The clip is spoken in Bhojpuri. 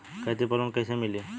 खेती पर लोन कईसे मिली?